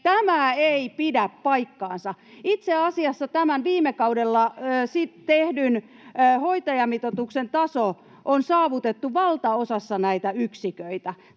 Tämä ei pidä paikkaansa. Itse asiassa tämän viime kaudella tehdyn hoitajamitoituksen taso on saavutettu valtaosassa näitä yksiköitä.